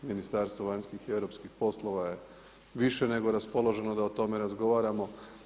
Ministarstvo vanjskih i europskih poslova je više nego raspoloženo da o tome razgovaramo.